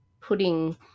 putting